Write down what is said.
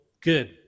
good